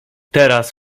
teraz